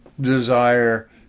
desire